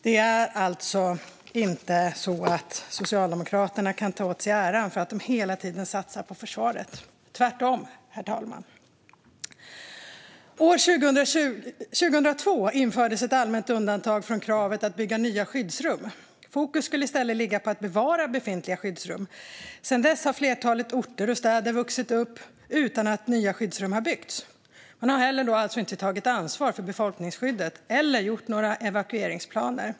Det är alltså inte så att Socialdemokraterna kan ta åt sig äran för att hela tiden satsa på försvaret. Tvärtom, herr talman. År 2002 infördes ett allmänt undantag från kravet att bygga nya skyddsrum. Fokus skulle i stället ligga på att bevara befintliga skyddsrum. Sedan dess har ett flertal orter och städer vuxit utan att nya skyddsrum har byggts. Man har alltså inte tagit ansvar för befolkningsskyddet eller gjort några evakueringsplaner.